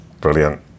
Brilliant